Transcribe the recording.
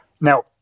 Now